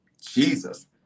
Jesus